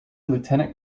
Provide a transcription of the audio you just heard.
lieutenant